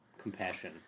compassion